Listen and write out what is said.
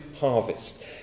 harvest